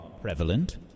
prevalent